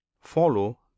follow